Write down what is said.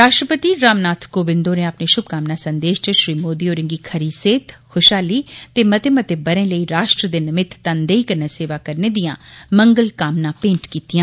राश्ट्रपति रामनाथ कोविंद होरें अपने शुभकामना संदेश च श्री मोदी होरें गी खरी सेहत खुशहाली ते मते मते बरे लेई राश्ट्र दे नमित तनदेही कन्नै सेवा करने दियां मंगल कामनां मेंट कीतियां